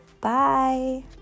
bye